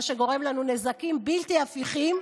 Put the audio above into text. מה שגורם לנו נזקים בלתי הפיכים.